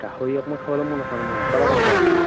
গাহৰি অকণমান খাবলৈ মন আছে মানে মোৰ সঁচা কথা কৈছোঁ আৰু